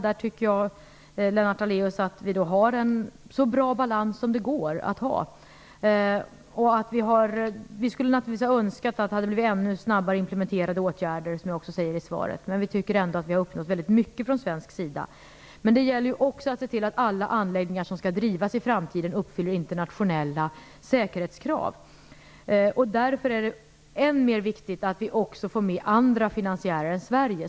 Där tycker jag, Lennart Daléus, att vi har en så bra balans som det går att ha. Vi skulle naturligtvis ha önskat att det hade blivit ännu snabbare implementerade åtgärder, vilket jag också säger i svaret, men vi tycker ändå att vi har uppnått väldigt mycket från svensk sida. Men det gäller också att se till att alla anläggningar som skall drivas i framtiden uppfyller internationella säkerhetskrav. Därför är det än mer viktigt att vi får med andra finansiärer än Sverige.